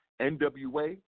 NWA